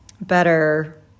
better